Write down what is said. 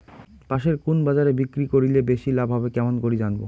পাশের কুন বাজারে বিক্রি করিলে বেশি লাভ হবে কেমন করি জানবো?